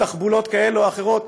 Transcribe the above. בתחבולות כאלה או אחרות,